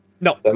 No